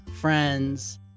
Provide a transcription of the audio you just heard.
friends